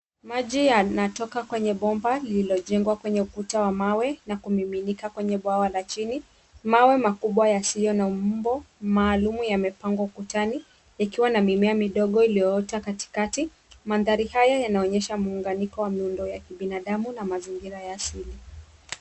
Maji yanatoka kwenye bomba lililotoka kwenye ukuta wa mawe na kumiminika kwenye bwawa la chini. Mawe makubwa yasiyo na maumbo maalum yamepangwa ukutani yakiwa na mimea midogo iliyoota katikati. Mandhari haya yanaonyesha muunganiko wa miundo ya kibinadamu na mazingira ya asili.